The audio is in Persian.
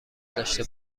داشته